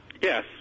Yes